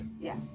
Yes